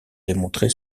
démontrer